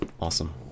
Awesome